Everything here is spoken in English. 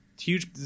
Huge